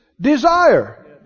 desire